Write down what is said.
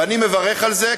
ואני מברך על זה,